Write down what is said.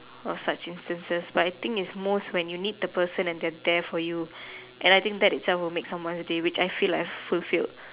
no such instances but I think it's most when you need the person and they are there for you and I think that itself would make someone day which I feel like I fulfilled